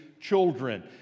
children